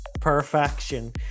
Perfection